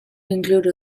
include